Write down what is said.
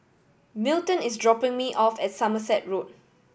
Milton is dropping me off at Somerset Road